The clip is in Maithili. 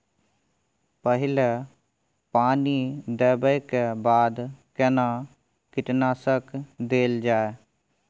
पहिले पानी देबै के बाद केना कीटनासक देल जाय?